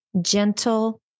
gentle